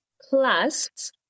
Plus